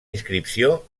inscripció